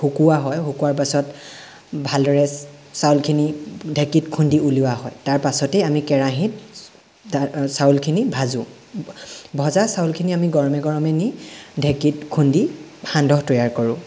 শুকোৱা হয় শুকোৱাৰ পাছত ভালদৰে চাউলখিনি ঢেঁকীত খুন্দি উলিওৱা হয় তাৰপাছতেই আমি কেৰাহিত চাউলখিনি ভাজোঁ ভজা চাউলখিনি আমি গৰমে গৰমে নি ঢেঁকীত খুন্দি সান্দহ তৈয়াৰ কৰোঁ